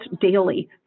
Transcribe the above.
daily